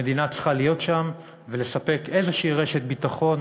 המדינה צריכה להיות שם ולספק איזו רשת ביטחון